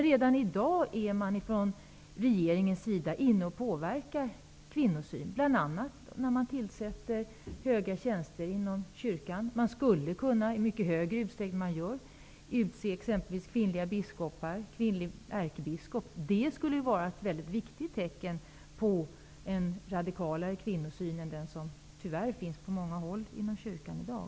Redan i dag påverkar regeringen kvinnosynen, bl.a. när den tillsätter höga tjänster inom kyrkan. Regeringen skulle i mycket större utsträckning än som sker kunna utse t.ex. kvinnliga biskopar och ärkebiskopar. Det skulle vara ett väldigt viktigt tecken på en radikalare kvinnosyn än den som tyvärr finns på många håll inom kyrkan i dag.